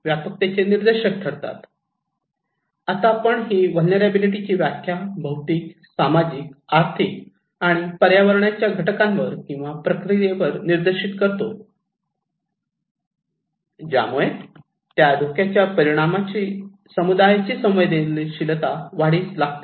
आता आपण ही व्हलनेरलॅबीलीटीची व्याख्या भौतिक सामाजिक आर्थिक आणि पर्यावरणाच्या घटकांवर किंवा प्रक्रियेवर निर्देशित करतो ज्यामुळे त्या धोक्याच्या परिणामाची समुदायाची संवेदनशीलता वाढीस लागते